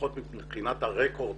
לפחות מבחינת הרקורד